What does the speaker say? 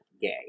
gay